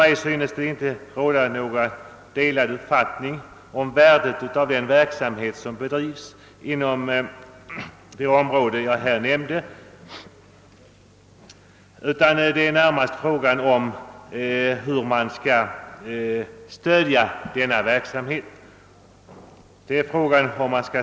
Det synes mig heller inte råda några delade meningar om värdet av den verksamhet som bedrives på de områden jag här nämnt. Frågan är närmast hur denna verksamhet skall stödjas.